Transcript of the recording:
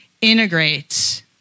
integrates